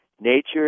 Nature